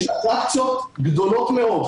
יש אטרקציות גדולות מאוד,